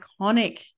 iconic